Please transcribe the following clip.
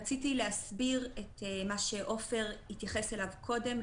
רציתי להסביר שאת מה שעופר התייחס אליו קודם,